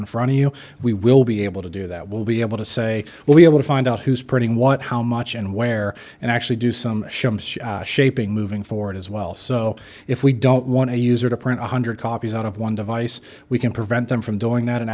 in front of you we will be able to do that will be able to say we'll be able to find out who's printing what how much and where and actually do some shaping moving forward as well so if we don't want a user to print one hundred copies out of one device we can prevent them from doing that and